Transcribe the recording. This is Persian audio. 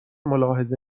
ملاحظه